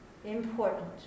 important